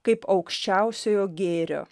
kaip aukščiausiojo gėrio